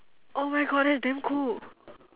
oh my God that is damn cool